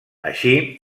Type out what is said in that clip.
així